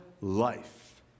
life